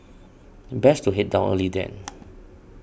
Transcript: then best to head down early then